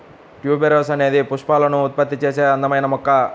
tuberose అనేది పుష్పాలను ఉత్పత్తి చేసే అందమైన మొక్క